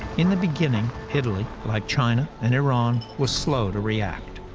in the beginning, italy, like china and iran, was slow to react.